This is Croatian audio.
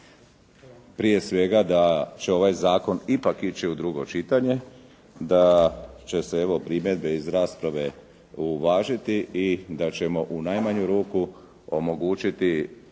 prije svega da će ovaj zakon ipak ići u drugo čitanje, da će se evo primjedbe iz rasprave uvažiti i da ćemo u najmanju ruku omogućiti